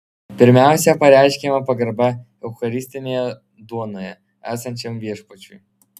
pirmiausia pareiškiama pagarba eucharistinėje duonoje esančiam viešpačiui